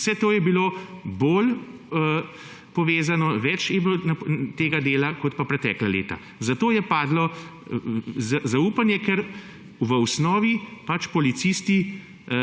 Vse to je bilo bolj povezano, več je bilo tega dela kot pa pretekla leta. Zato je padlo zaupanje, ker v osnovi policisti